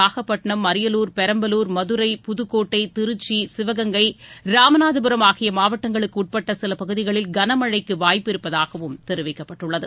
நாகப்பட்டிணம் அரியலூர் பெரம்பலூர் மதுரை புதுக்கோட்டை திருச்சி சிவகங்கை ராமநாதபுரம் ஆகிய மாவட்டங்களுக்குட்பட்ட சில பகுதிகளில் கனமழைக்கு வாய்ப்பு இருப்பதாகவும் தெரிவிக்கப்பட்டுள்ளது